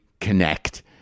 connect